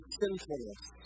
sinfulness